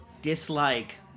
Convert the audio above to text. dislike